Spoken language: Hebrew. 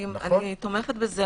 אני תומכת בזה.